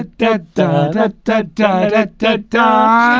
ah dad dad dad dad dad